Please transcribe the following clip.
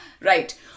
right